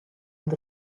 und